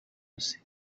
yose